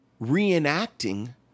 reenacting